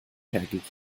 hergegeben